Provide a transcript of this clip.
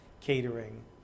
catering